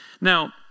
Now